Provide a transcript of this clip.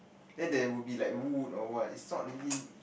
then there would be wood or what it's not really